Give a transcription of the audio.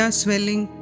swelling